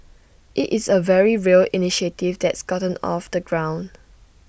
IT is A very real initiative that's gotten off the ground